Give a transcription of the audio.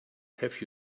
have